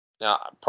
Now